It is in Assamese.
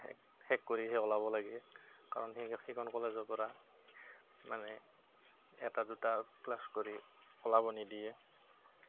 শে শেষ কৰিহে ওলাব লাগে কাৰণ সেই সেইখন কলেজৰ পৰা মানে এটা দুটা ক্লাছ কৰি ওলাব নিদিয়ে